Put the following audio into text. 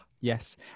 yes